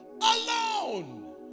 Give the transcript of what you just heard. alone